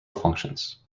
functions